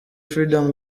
freedom